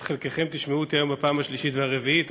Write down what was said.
חלקכם תשמעו אותי היום בפעם השלישית והרביעית,